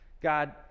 God